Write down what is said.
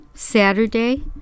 Saturday